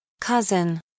cousin